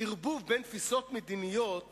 ערבוב בין תפיסות מדיניות